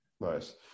Nice